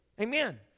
Amen